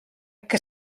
que